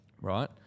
right